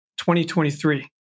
2023